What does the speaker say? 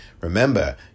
Remember